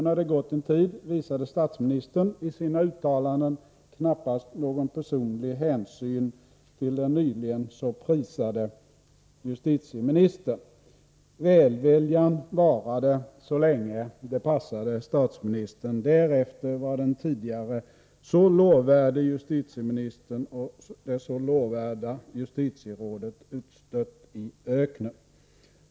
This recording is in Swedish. När det gått en tid visade statsministern i sina uttalanden knappast någon personlig hänsyn till den nyligen så prisade justitieministern. Välviljan varade så länge det passade statsministern. Därefter var den tidigare så lovvärde justitieministern och det så lovvärda justitierådet utstött i öknen.